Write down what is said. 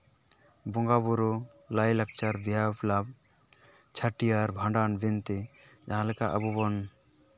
ᱵᱚᱸᱜᱟᱼᱵᱩᱨᱩ ᱞᱟᱭᱼᱞᱟᱠᱪᱟᱨ ᱵᱤᱦᱟᱹᱼᱵᱟᱯᱞᱟ ᱪᱷᱟᱹᱴᱭᱟᱹᱨ ᱵᱷᱟᱸᱰᱟᱱ ᱵᱤᱱᱛᱤ ᱡᱟᱦᱟᱸ ᱞᱮᱠᱟ ᱟᱵᱚ ᱵᱚᱱ